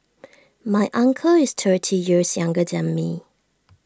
my uncle is thirty years younger than me